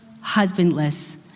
husbandless